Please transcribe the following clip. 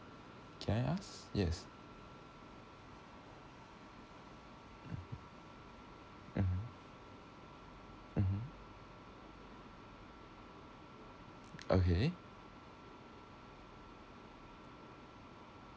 can I ask yes mmhmm okay